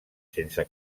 sense